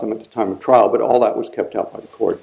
them at the time of trial but all that was kept out of court